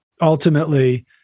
ultimately